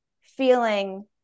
feeling